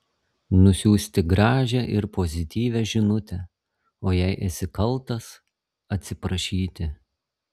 nusiųsti gražią ir pozityvią žinutę o jei esi kaltas atsiprašyti